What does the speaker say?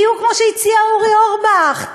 תהיו כמו שהציע אורי אורבך,